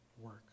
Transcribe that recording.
work